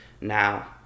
now